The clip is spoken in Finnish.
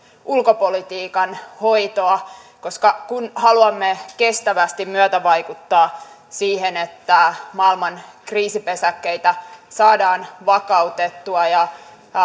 ulkopolitiikan hoitoa koska kun haluamme kestävästi myötävaikuttaa siihen että maailman kriisipesäkkeitä saadaan vakautettua ja